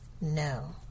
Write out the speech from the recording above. No